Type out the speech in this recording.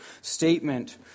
statement